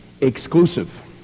exclusive